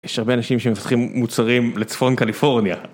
יש הרבה אנשים שמפתחים מוצרים לצפון קליפורניה.